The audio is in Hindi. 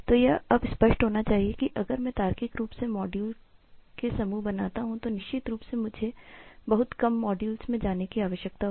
तो यह अब स्पष्ट होना चाहिए कि अगर मैं तार्किक रूप से मॉड्यूल के समूह बनाता हूं तो निश्चित रूप से मुझे बहुत कम मॉड्यूल्स में जाने की आवश्यकता होगी